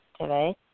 today